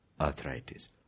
Arthritis